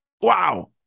Wow